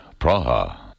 Praha